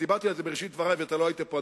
דיברתי על זה בראשית דברי ואתה לא היית פה,